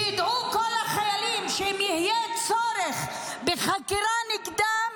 שידעו כל החיילים שאם יהיה צורך בחקירה נגדם,